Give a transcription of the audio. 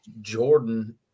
Jordan